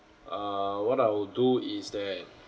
err what I will do is that